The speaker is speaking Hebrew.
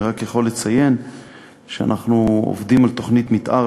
אני רק יכול לציין שאנחנו עובדים על תוכנית מתאר